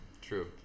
true